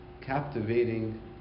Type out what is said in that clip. captivating